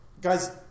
Guys